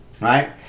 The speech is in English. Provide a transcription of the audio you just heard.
right